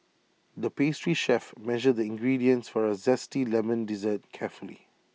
the pastry chef measured the ingredients for A Zesty Lemon Dessert carefully